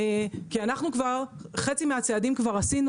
כי אנחנו כבר חצי מהצעדים כבר עשינו